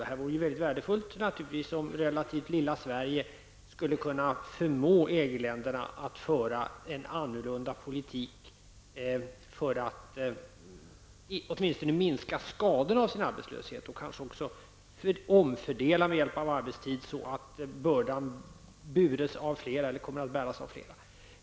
Det vore naturligtvis mycket värdefullt om det relativt lilla Sverige skulle kunna förmå EG-länderna att föra en annorlunda politik för att åtminstone minska skadorna av sin arbetslöshet och kanske också omfördela med hjälp av arbetstid, så att bördan kommer att bäras av fler.